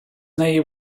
неї